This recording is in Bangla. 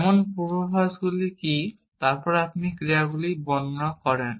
এমন পূর্বাভাসগুলি কী তারপর আপনি ক্রিয়াগুলি বর্ণনা করেন